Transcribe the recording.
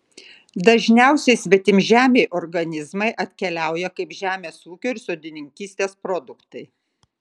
dažniausiai svetimžemiai organizmai atkeliauja kaip žemės ūkio ir sodininkystės produktai